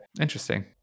interesting